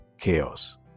chaos